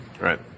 Right